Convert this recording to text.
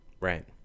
Right